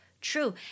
true